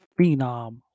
phenom